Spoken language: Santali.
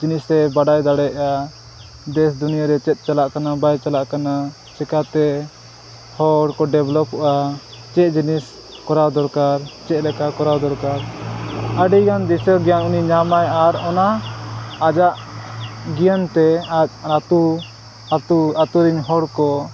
ᱡᱤᱱᱤᱥᱮ ᱵᱟᱰᱟᱭ ᱫᱟᱲᱮᱭᱟᱜᱼᱟ ᱫᱮᱥ ᱫᱩᱱᱤᱭᱟᱹᱨᱮ ᱪᱮᱫ ᱪᱟᱞᱟᱜ ᱠᱟᱱᱟ ᱵᱟᱭ ᱪᱟᱞᱟᱜ ᱠᱟᱱᱟ ᱪᱤᱠᱟᱹᱛᱮ ᱦᱚᱲ ᱠᱚ ᱰᱮᱵᱷᱞᱚᱯᱚᱜᱼᱟ ᱪᱮᱫ ᱡᱤᱱᱤᱥ ᱠᱚᱨᱟᱣ ᱫᱚᱨᱠᱟᱨ ᱪᱮᱫ ᱞᱮᱠᱟ ᱠᱚᱨᱟᱣ ᱫᱚᱨᱠᱟᱨ ᱟᱹᱰᱤᱜᱟᱱ ᱫᱤᱥᱟᱹ ᱜᱮᱭᱟᱱ ᱩᱱᱤ ᱧᱟᱢᱟᱭ ᱟᱨ ᱚᱱᱟ ᱟᱡᱟᱜ ᱜᱮᱭᱟᱱᱛᱮ ᱟᱡ ᱟᱛᱳ ᱟᱛᱳ ᱟᱛᱳ ᱨᱮᱱ ᱦᱚᱲ ᱠᱚ